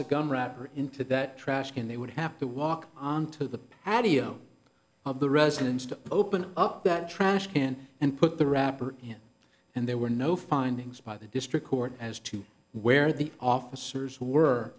a gun wrapper into that trash bin they would have to walk onto the patio of the residence to open up that trash can and put the wrapper in and there were no findings by the district court as to where the officers were